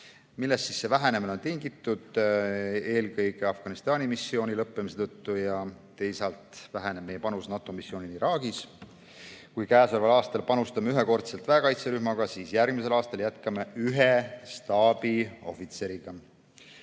Millest see vähenemine on tingitud? Eelkõige Afganistani missiooni lõppemisest ja teisalt väheneb meie panus NATO missioonil Iraagis. Kui käesoleval aastal panustame ühekordselt väekaitserühmaga, siis järgmisel aastal jätkame ühe staabiohvitseriga.